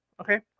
Okay